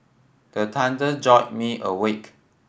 the thunder jolt me awake